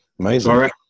Amazing